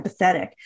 empathetic